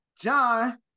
John